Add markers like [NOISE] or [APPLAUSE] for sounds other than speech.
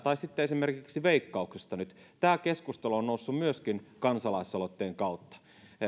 [UNINTELLIGIBLE] tai sitten esimerkiksi veikkauksesta nyt tämä keskustelu on noussut myöskin kansalaisaloitteen kautta